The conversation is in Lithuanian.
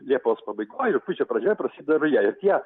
liepos pabaigoj rugpjūčio pradžioj prasideda ruja ir tie